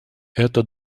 это